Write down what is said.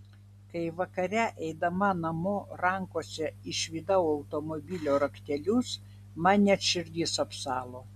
kai vakare eidama namo rankose išvydau automobilio raktelius man net širdis apsalo